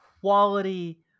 quality